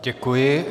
Děkuji.